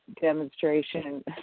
demonstration